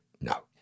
No